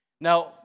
Now